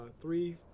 three